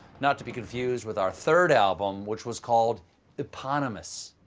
not to be confused with our third album, which was called eponymous.